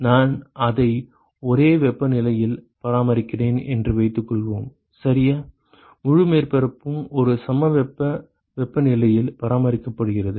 நான் அதை ஒரே வெப்பநிலையில் பராமரிக்கிறேன் என்று வைத்துக்கொள்வோம் சரியா முழு மேற்பரப்பும் ஒரே சமவெப்ப வெப்பநிலையில் பராமரிக்கப்படுகிறது